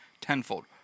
tenfold